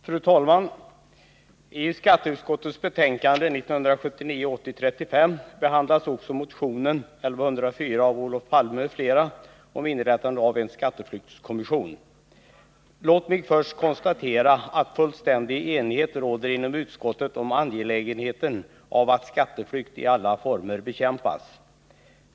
Fru talman! I skatteutskottets betänkande 1979/80:35 behandlas också motionen 1104 av Olof Palme m.fl. om inrättande av en skatteflyktskommission. Låt mig först konstatera att fullständig enighet råder inom utskottet om angelägenheten av att skatteflykt i alla former bekämpas.